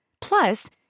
Plus